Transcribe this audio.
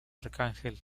arcángel